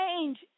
change